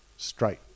Straight